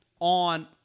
On